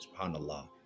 SubhanAllah